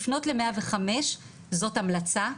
לפנות ל-105 זו המלצה,